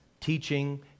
teaching